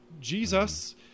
Jesus